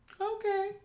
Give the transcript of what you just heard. Okay